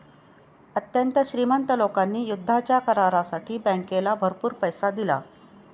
अत्यंत श्रीमंत लोकांनी युद्धाच्या करारासाठी बँकेला भरपूर पैसा दिला